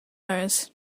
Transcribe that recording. nose